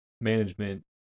management